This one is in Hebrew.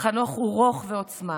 חנוך הוא רוך ועוצמה,